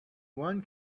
one